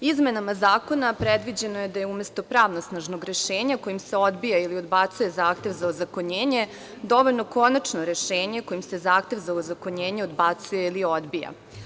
Izmenama zakona predviđeno je da je umesto pravosnažnog rešenja kojim se odbija ili odbacuje zahtev za ozakonjenje dovoljno konačno rešenje kojim se zahtev za ozakonjenje odbacuje ili odbija.